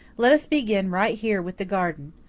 let us begin right here with the garden.